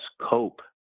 cope